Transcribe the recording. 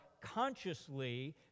consciously